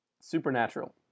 Supernatural